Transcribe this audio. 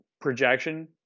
projection